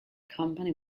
company